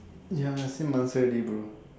ya Xin-Man say already bro